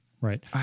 Right